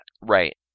Right